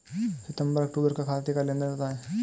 सितंबर अक्तूबर का खाते का लेनदेन बताएं